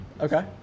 Okay